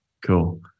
Cool